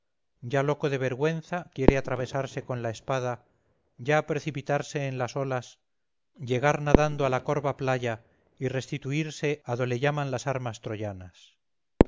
ya loco de vergüenza quiere atravesarse con la espada ya precipitarse en las olas llegar nadando a la corva playa y restituirse a do le llaman las armas troyanas